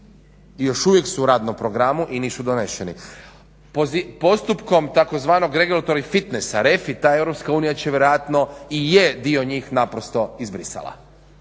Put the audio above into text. i još uvijek su u radnom programu i nisu doneseni. Postupkom tzv. regulatori fitnesa refinery, ta EU će vjerojatno i je dio njih naprosto izbrisala,